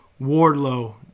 Wardlow